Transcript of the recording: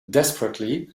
desperately